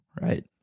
right